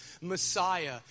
Messiah